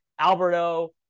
Alberto